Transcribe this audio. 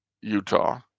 Utah